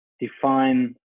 define